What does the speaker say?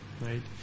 right